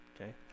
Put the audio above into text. okay